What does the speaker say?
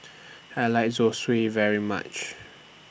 I like Zosui very much